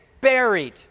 buried